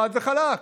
חד וחלק.